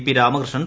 P Ramakrishnan